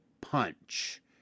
punch